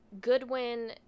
Goodwin